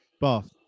bath